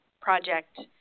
project